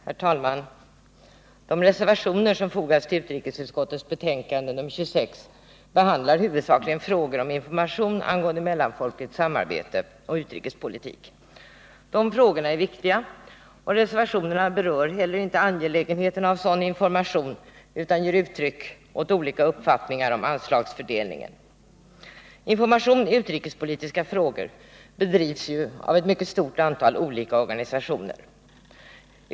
Herr talman! De reservationer som fogats till utrikesutskottets betänkande nr 26 behandlar huvudsakligen frågor om information angående mellanfolkligt samarbete och utrikespolitik. Dessa frågor är viktiga och reservationerna berör inte heller angelägenheten av sådan information utan ger uttryck för olika uppfattningar om anslagsfördelningen. Information i utrikespolitiska frågor bedrivs av ett mycket stort antal olika organisationer.